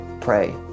pray